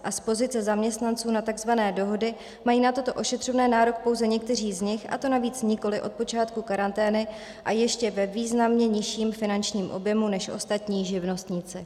A z pozice zaměstnanců na takzvané dohody mají na toto ošetřovné nárok pouze někteří z nich, a to navíc nikoliv od počátku karantény, a ještě ve významně nižším finančním objemu než ostatní živnostníci.